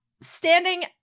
standing